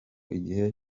igihe